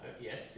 yes